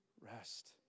rest